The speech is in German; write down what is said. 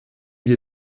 wir